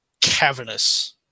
cavernous